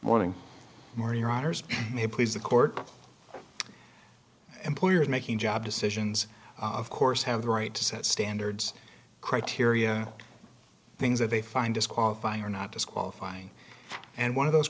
honors please the court employers making job decisions of course have the right to set standards criteria things that they find disqualifying are not disqualifying and one of those